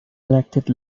elected